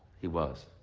he was.